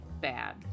bad